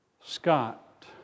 Scott